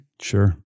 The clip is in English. sure